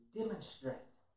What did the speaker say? demonstrate